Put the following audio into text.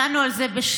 דנו על זה,